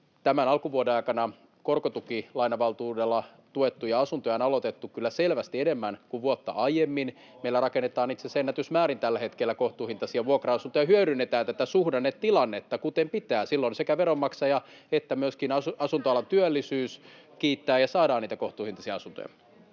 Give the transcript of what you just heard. tämän alkuvuoden aikana korkotukilainavaltuudella tuettuja asuntoja on aloitettu kyllä selvästi enemmän kuin vuotta aiemmin, [Perussuomalaisten ryhmästä: Oho!] ja meillä rakennetaan itse asiassa ennätysmäärin tällä hetkellä kohtuuhintaisia vuokra-asuntoja ja hyödynnetään tätä suhdannetilannetta, kuten pitää. [Vasemmalta: Entäs ne häädöt?] Silloin sekä veronmaksaja että myöskin asuntoalan työllisyys kiittävät ja saadaan niitä kohtuuhintaisia asuntoja.